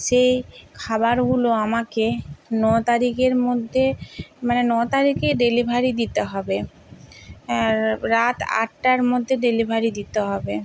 সেই খাবারগুলো আমাকে ন তারিকের মধ্যে মানে ন তারিকেই ডেলিভারি দিতে হবে আর রাত আটটার মধ্যে ডেলিভারি দিতে হবে